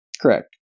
Correct